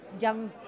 young